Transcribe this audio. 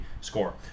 score